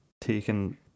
Taken